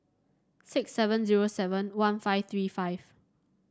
six seven zero seven one five three five